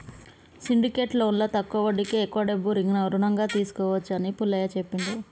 syndicate లోన్లో తక్కువ వడ్డీకే ఎక్కువ డబ్బు రుణంగా తీసుకోవచ్చు అని పుల్లయ్య చెప్పిండు